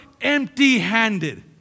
empty-handed